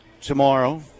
tomorrow